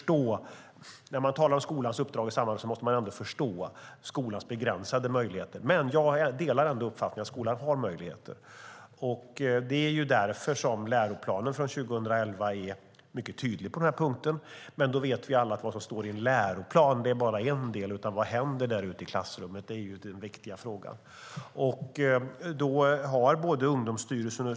När man talar om skolans uppdrag i sammanhanget måste man förstå skolans begränsade möjligheter, men jag delar ändå uppfattningen att skolan har möjligheter. Därför är läroplanen för 2011 mycket tydlig på den här punkten. Vi vet dock alla att det som står i en läroplan bara är en del. Den viktiga frågan är det som händer där ute i klassrummet.